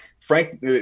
frank